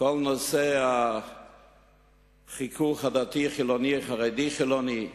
כל נושא החיכוך הדתי-החילוני, חרדי-חילוני,